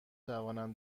توانم